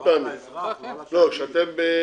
זה חד-פעמי, לא קבוע.